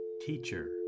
teacher